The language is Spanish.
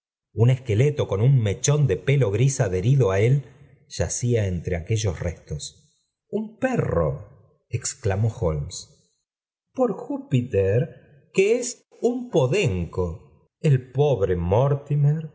un esqueleto con un mechón de pelo gris adherido á él yacía entro aquellos restos u n perro exclamó holmes por júpiter que es un podenco el pobre mortimer no